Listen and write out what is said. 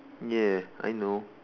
ya I know